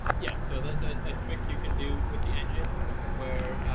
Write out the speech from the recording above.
yes. so that's ah a trick you can do with the engine where where